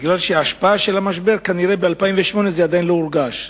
כי ההשפעה של המשבר כנראה עדיין לא הורגשה ב-2008.